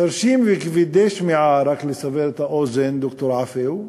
חירשים וכבדי שמיעה, רק לסבר את האוזן, ד"ר עפו,